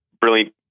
Brilliant